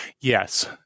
Yes